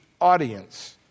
audience